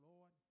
Lord